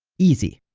easy!